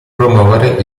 promuovere